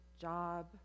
job